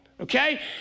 Okay